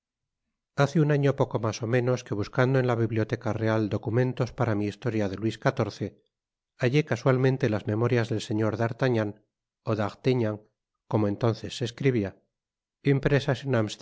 hace un año poco mas ó menos que buscando en la biblioteca veal documentos para mi historia de luis xiv hallé casualmente las memorias del señor á artagnan ó d artaignan como entonces se escribia impresas